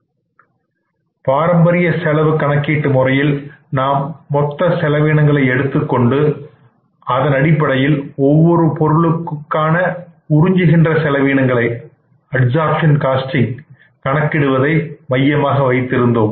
traditional costing முறையில் நாம் மொத்த செலவினங்களை எடுத்துக்கொண்டு அதனடிப்படையில் ஒவ்வொரு பொருளுக்கான அப்சர்ப்ஷன் காஸ்டிங் கணக்கிடுவதை மையமாக வைத்திருந்தோம்